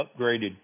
upgraded